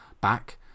back